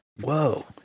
whoa